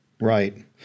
Right